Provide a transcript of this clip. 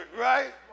Right